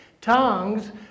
Tongues